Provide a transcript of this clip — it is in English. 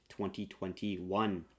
2021